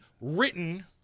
written